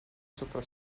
sopra